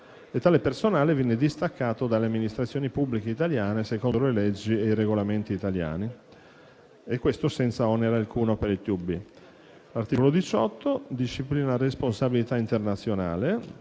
e tale personale viene distaccato dalle amministrazioni pubbliche italiane secondo le leggi e i regolamenti italiani, e questo senza onere alcuno per il TUB. L'articolo 18 disciplina la responsabilità internazionale